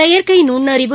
செயற்கை நுண்ணறிவு